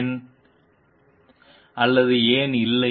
ஏன் அல்லது ஏன் இல்லை